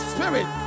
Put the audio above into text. Spirit